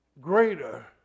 Greater